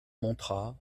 montra